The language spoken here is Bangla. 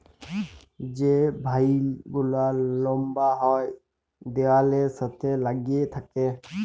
যে ভাইল গুলা লম্বা হ্যয় দিয়ালের সাথে ল্যাইগে থ্যাকে